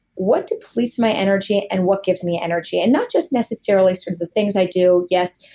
what depletes my energy and what gives me energy? and not just necessarily sort of the things i do, yes,